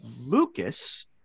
Lucas